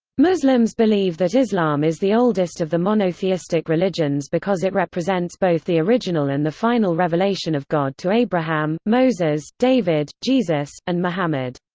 muslims believe that islam is the oldest of the monotheistic religions because it represents both the original and the final revelation of god to abraham, moses, david, jesus, and muhammad.